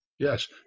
Yes